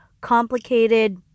complicated